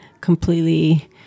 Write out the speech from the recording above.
completely